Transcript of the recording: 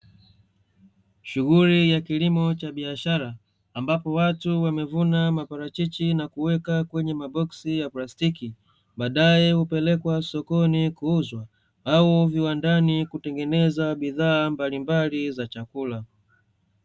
Shughuli ya kilimo cha biashara ambapo watu wamevuna maparachichi na kuweka kwenye maboksi ya plastiki, baadae hupelekwa sokoni kuuzwa au viwandani kutengeneza bidhaa mbalimbali za chakula.